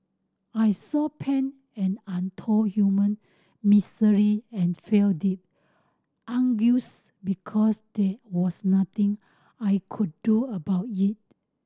I saw pain and untold human misery and felt deep anguish because there was nothing I could do about it